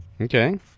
Okay